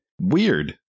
weird